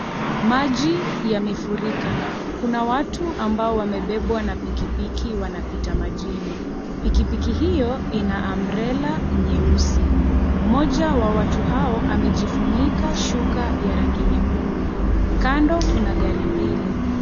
Maji yamefurika. Kuna watu ambao wamebebwa na pikipiki wanapita majini. Pikipiki hiyo ina umbrella nyeusi. Moja wa watu hao, amejifunika shuka ya rangi nyekundu. Kando, kuna gari mbili